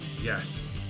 yes